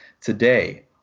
today